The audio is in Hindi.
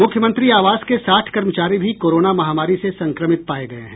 मुख्यमंत्री आवास के साठ कर्मचारी भी कोरोना महामारी से संक्रमित पाये गये हैं